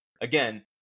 Again